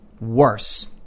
worse